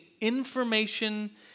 information